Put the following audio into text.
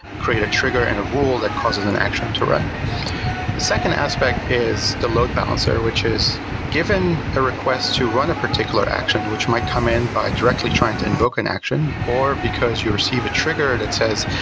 create a trigger and a rule that causes an action to run the second aspect is the load balancer, which is given a request to run a particular action, which might come in by directly trying to invoke an action or because you receive a trigger that says,